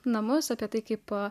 namus apie tai kaip po